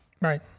Right